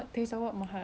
everything